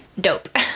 dope